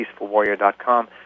peacefulwarrior.com